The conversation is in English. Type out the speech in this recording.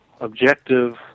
objective